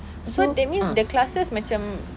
so that means the classes macam